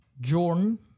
Jordan